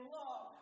love